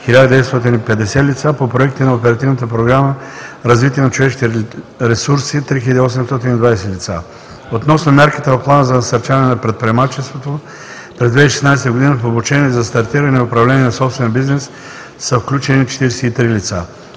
1950 лица, по проекти на Оперативната програма „Развитие на човешките ресурси” – 3820 лица. Относно мярката в плана за насърчаването на предприемачеството, през 2016 г. в обучение за стартиране и управление на собствен бизнес са включени 43 лица.